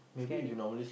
scary